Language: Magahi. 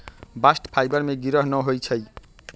बास्ट फाइबर में गिरह न होई छै